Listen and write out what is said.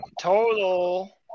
Total